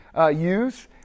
use